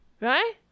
right